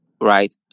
right